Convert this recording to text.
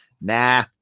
Nah